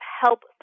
help